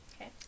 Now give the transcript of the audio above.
Okay